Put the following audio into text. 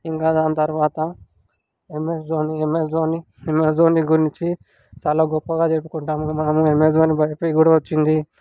ఇంకా దాని తర్వాత MS Dhoni MS Dhoni MS Dhoni గురించి చాలా గొప్పగా చెప్పుకుంటాం ఇంకా మన ఎంఎస్ ధోనీకి మంచి పేరు కూడా వచ్చింది